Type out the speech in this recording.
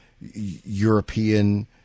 European